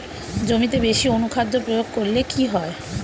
জমিতে বেশি অনুখাদ্য প্রয়োগ করলে কি হয়?